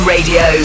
Radio